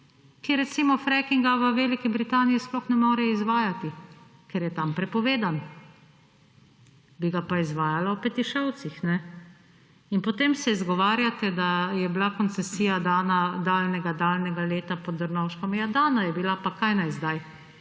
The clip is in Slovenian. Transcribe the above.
Ki recimo frackinga v Veliki Britaniji sploh ne more izvajati, ker je tam prepovedan. Bi ga pa izvajala v Petišovcih. In potem se izgovarjate, da je bila koncesija dana daljnega leta pod Drnovškom. Ja dana je bila, pa kaj naj zdaj.